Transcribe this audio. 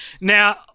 Now